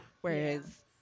Whereas